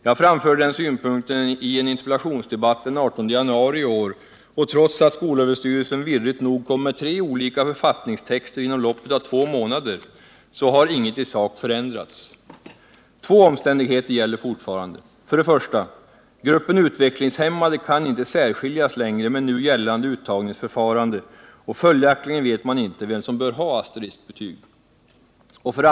Jag framförde den synpunkten i en interpellationsdebatt den 18 januari i år, och trots att skolöverstyrelsen virrigt nog kom med tre olika författningstexter inom loppet av två månader så har inget i sak förändrats. Två omständigheter gäller fortfarande: 1. Gruppen utvecklingshämmade kan inte särskiljas längre med nu gällande uttagningsförfarande, och följaktligen vet man inte vem som bör ha asteriskbetyg. 2.